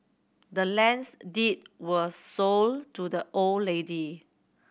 the land's deed was sold to the old lady